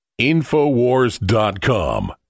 InfoWars.com